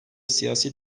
siyasi